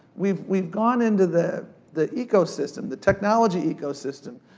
we've we've gone into the the ecosystem, the technology ecosystem,